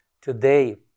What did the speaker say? today